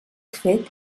fet